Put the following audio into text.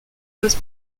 was